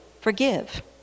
forgive